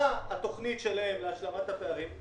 מה התוכנית שלהם להשלמת הפערים,